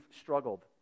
struggled